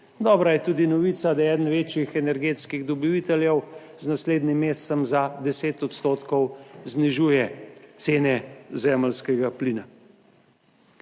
Dobra je tudi novica, da je eden večjih energetskih dobaviteljev z naslednjim mesecem za 10 odstotkov znižuje cene zemeljskega plina.